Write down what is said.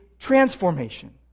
transformation